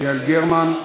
יעל גרמן.